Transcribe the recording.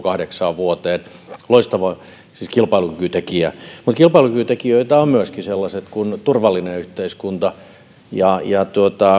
kahdeksaan vuoteen siis loistava kilpailukykytekijä mutta kilpailukykytekijöitä ovat myöskin sellaiset kuin turvallinen yhteiskunta ja ja